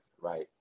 right